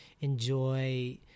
enjoy